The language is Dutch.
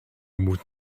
moet